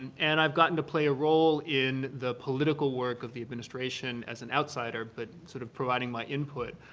and i've gotten to play a role in the political work of the administration as an outsider, but sort of providing my input,